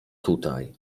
tutaj